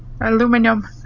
Aluminum